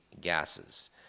gases